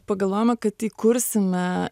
pagalvojome kad įkursime